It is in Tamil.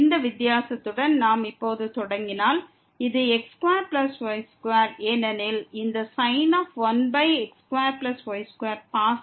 இந்த வித்தியாசத்துடன் நாம் இப்போது தொடங்கினால் இது x2y2 பாசிட்டிவ்